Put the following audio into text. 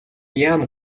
яам